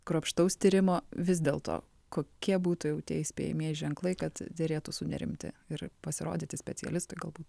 kruopštaus tyrimo vis dėl to kokie būtų jau tie įspėjamieji ženklai kad derėtų sunerimti ir pasirodyti specialistui galbūt